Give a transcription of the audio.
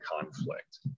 conflict